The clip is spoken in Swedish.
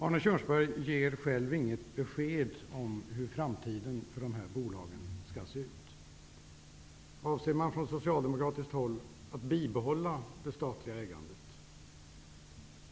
Arne Kjörnsberg ger själv inget besked om hur framtiden för dessa bolag skall se ut. Avser man från socialdemokratiskt håll att bibehålla det statliga ägandet?